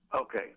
Okay